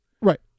right